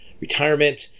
retirement